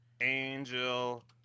Angel